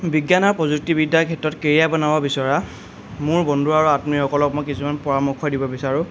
বিজ্ঞান আৰু প্ৰযুক্তিবিদ্যাৰ ক্ষেত্ৰত কেৰিয়াৰ বনাব বিচৰা মোৰ বন্ধু আৰু আত্মীয়সকলক মই কিছুমান পৰামৰ্শ দিব বিচাৰোঁ